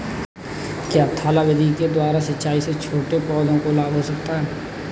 क्या थाला विधि के द्वारा सिंचाई से छोटे पौधों को लाभ होता है?